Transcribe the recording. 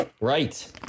Right